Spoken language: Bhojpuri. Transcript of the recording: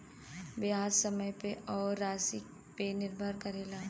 बियाज समय पे अउर रासी पे निर्भर करेला